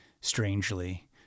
strangely